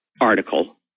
article